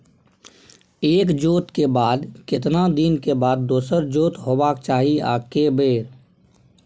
एक जोत के बाद केतना दिन के बाद दोसर जोत होबाक चाही आ के बेर?